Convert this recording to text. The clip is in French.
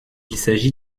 s’agit